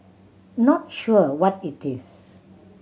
not sure what it is